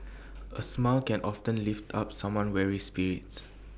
A smile can often lift up someone weary spirit